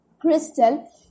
Crystal